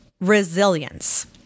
Resilience